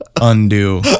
undo